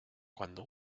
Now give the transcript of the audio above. cuando